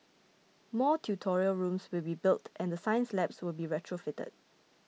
more tutorial rooms will be built and the science labs will be retrofitted